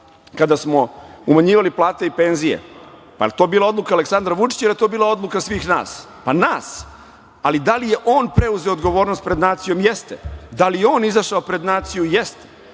kada smo umanjivali plate i penzije, jel to bila odluka Aleksandra Vučića ili je to bila odluka svih nas? Pa, nas, ali da li je on preuzeo odgovornost pred nacijom? Jeste. Da li je on izašao pred naciju? Jeste.